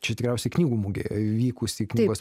čia tikriausiai knygų mugėj vykusį knygos